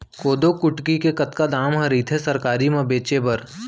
कोदो कुटकी के कतका दाम ह रइथे सरकारी म बेचे बर?